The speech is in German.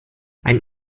einen